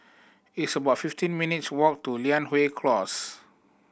it's about fifteen minutes' walk to Li Close